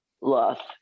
lost